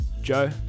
Joe